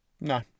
No